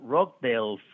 Rockdale